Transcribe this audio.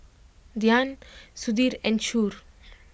Dhyan Sudhir and Choor